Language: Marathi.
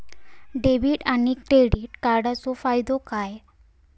डेबिट आणि क्रेडिट कार्डचो फायदो काय?